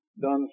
done